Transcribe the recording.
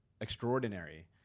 extraordinary